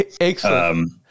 Excellent